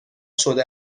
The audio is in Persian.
شده